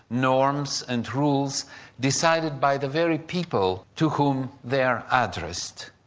norms and rules decided by the very people to whom they're addressed.